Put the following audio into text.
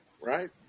Right